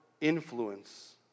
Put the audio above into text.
influence